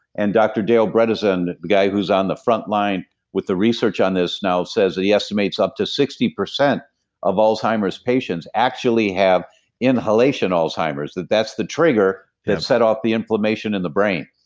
and dr. dale bredesen, the guy who's on the frontline with the research on this now says that he estimates up to sixty percent of alzheimer's patients actually have inhalation alzheimer's. that's the trigger that set off the inflammation in the brain.